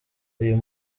uyu